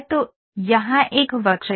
तो यहाँ एक वक्र है